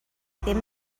ddim